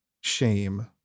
shame